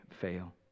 fail